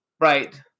Right